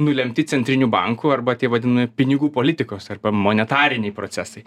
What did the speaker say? nulemti centrinių bankų arba tie vadinami pinigų politikos arba monetariniai procesai